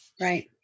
Right